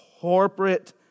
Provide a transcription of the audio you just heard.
corporate